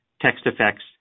text-effects